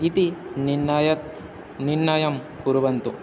इति निर्णयत् निर्णयं कुर्वन्तु